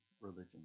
religion